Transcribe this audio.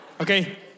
okay